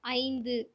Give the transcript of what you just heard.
ஐந்து